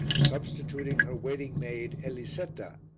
substituting her waiting-maid, elisetta,